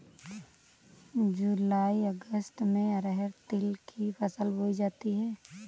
जूलाई अगस्त में अरहर तिल की फसल बोई जाती हैं